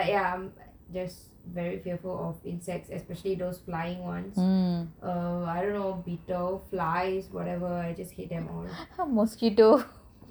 but ya I'm just very fearful of insects especially those flying [ones] I don't know beetles flies I just hate them all